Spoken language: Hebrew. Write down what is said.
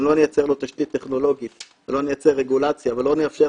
אם לא נייצר לו תשתית טכנולוגית ולא נייצר רגולציה ולא נאפשר